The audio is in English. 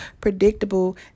predictable